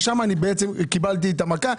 כי שם קיבלתי את המכה,